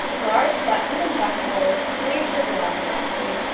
large buttons and buttonholes, three inches long, are seen,